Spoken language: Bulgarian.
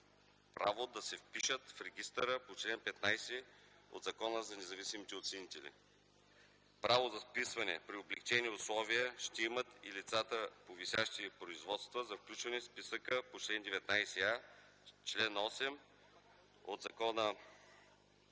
право да се впишат в регистъра по чл. 15 от Закона за независимите оценители. Право за вписване при облекчени условия ще имат и лицата по висящи производства за включване в списъка по чл. 19а, ал. 8 от Закона за